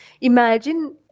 imagine